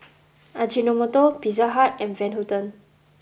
Ajinomoto Pizza Hut and Van Houten